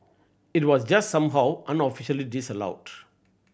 it was just somehow unofficially disallowed